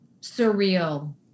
surreal